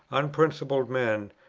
unprincipled men,